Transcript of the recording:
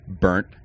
burnt